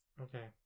Okay